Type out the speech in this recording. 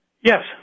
yes